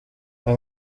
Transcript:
ayo